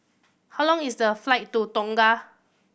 how long is the flight to Tonga